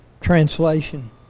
Translation